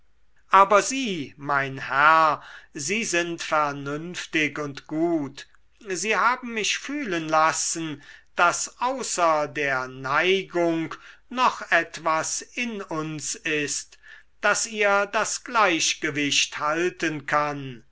aber sie mein herr sie sind vernünftig und gut sie haben mich fühlen lassen daß außer der neigung noch etwas in uns ist das ihr das gleichgewicht halten kann